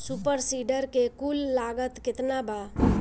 Super seeder के कुल लागत केतना बा?